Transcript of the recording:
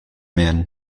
werden